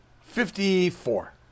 Fifty-four